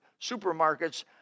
supermarkets